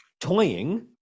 toying